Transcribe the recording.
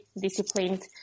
disciplined